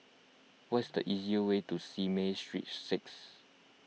what is the easiest way to Simei Street six